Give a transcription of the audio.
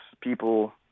people